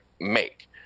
make